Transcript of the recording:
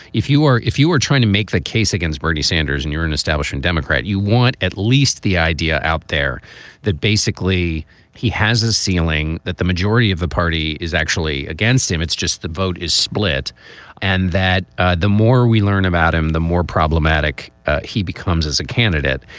if you are if you were trying to make the case against bernie sanders and you're an establishment democrat, you want at least the idea out there that basically he has a ceiling, that the majority of the party is actually against him. it's just the vote is split and that ah the more we learn about him, the more problematic he becomes as a candidate.